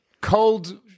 cold –